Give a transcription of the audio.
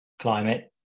climate